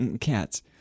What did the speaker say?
cats